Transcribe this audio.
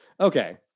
Okay